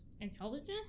intelligent